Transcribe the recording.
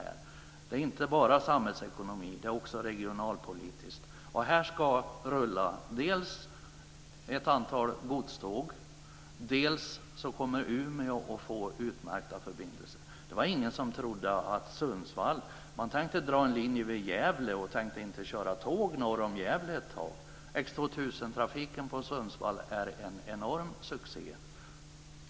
Det handlar inte bara om samhällsekonomi utan också om regionalpolitik. Där ska rulla ett antal godståg. Dessutom kommer Umeå att få utmärkta förbindelser. Ett tag tänkte man dra en linje vid Gävle och tänkte inte köra tågen norr om Gävle. X 2000-trafiken till och från Sundsvall är en enorm succé.